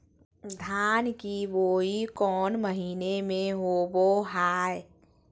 धान की बोई कौन महीना में होबो हाय?